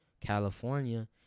California